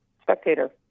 spectator